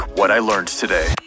whatilearnedtoday